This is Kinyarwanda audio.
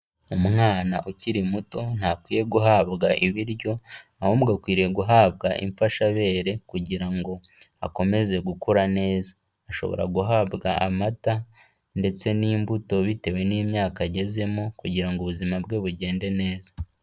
Umwana ukiri muto ntakwiye guhabwa ibiryo ahubwo akwiriye guhabwa imfashabere kugira ngo akomeze gukura neza, ashobora guhabwa amata ndetse n'imbuto bitewe n'imyaka agezemo kugira mgo ubuzima bwe bugende neza.